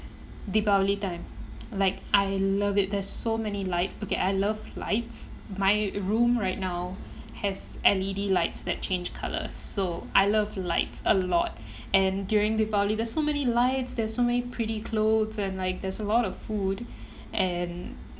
deepavali time like I love it there's so many lights okay I love lights my room right now has L_E_D lights that change colours so I love lights a lot and during deepavali there's so many lights there's so many pretty clothes and like there's a lot of food and